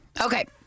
Okay